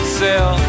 sell